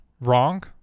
wrong